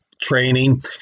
training